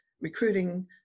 recruiting